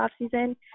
offseason